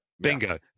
Bingo